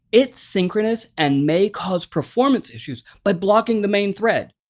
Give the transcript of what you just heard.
it's synchronous and may cause performance issues by blocking the main thread.